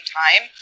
time